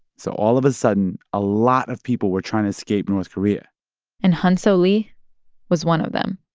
so all of a sudden, a lot of people were trying to escape north korea and hyeonseo lee was one of them